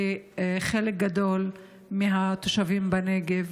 לחלק גדול מהתושבים בנגב